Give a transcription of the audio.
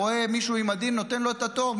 רואה מישהו עם מדים ונותן לו את התור,